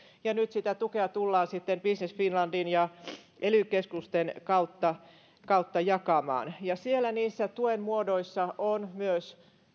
ja nyt sitä tukea tullaan sitten business finlandin ja ely keskusten kautta kautta jakamaan siellä niissä tuen muodoissa on myös